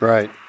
Right